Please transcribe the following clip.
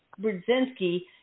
Brzezinski